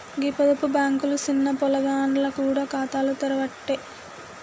గీ పొదుపు బాంకులు సిన్న పొలగాండ్లకు గూడ ఖాతాలు తెరవ్వట్టే